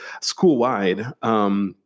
school-wide